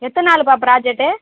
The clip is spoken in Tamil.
எத்தனை நாள்ப்பா ப்ராஜெக்ட்